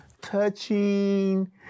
touching